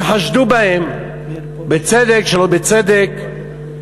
שחשדו בהם, בצדק, שלא בצדק,